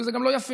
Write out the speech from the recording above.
וזה גם לא יפה.